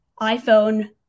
iPhone